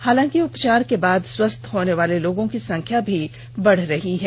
हालांकि उपचार के बाद स्वस्थ होनेवाले लोगों की संख्या भी बढ़ रही है